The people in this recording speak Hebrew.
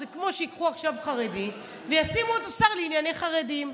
זה כמו שייקחו עכשיו חרדי וישימו אותו שר לענייני חרדים,